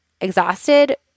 exhausted